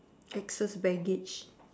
excess baggage